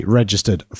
registered